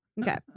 Okay